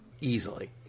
Easily